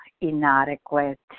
inadequate